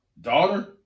Daughter